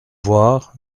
voir